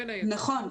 נכון.